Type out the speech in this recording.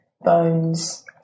Bones